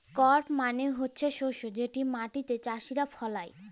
করপ মালে হছে শস্য যেট মাটিল্লে চাষীরা ফলায়